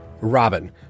Robin